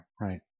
Right